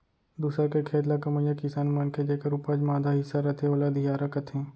दूसर के खेत ल कमइया किसान मनखे जेकर उपज म आधा हिस्सा रथे ओला अधियारा कथें